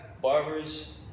barbers